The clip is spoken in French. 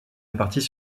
répartis